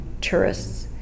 tourists